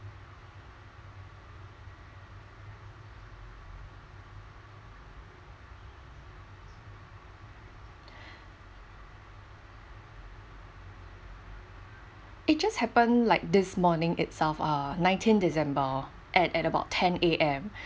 it just happened like this morning itself uh nineteen december at at about ten A_M